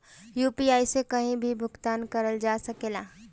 UPI से कहीं भी भुगतान कर जा सकेला?